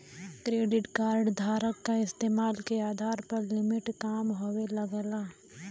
credit card धारक क इस्तेमाल के आधार पर लिमिट कम होये लगला